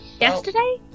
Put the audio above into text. Yesterday